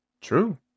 True